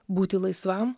būti laisvam